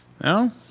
no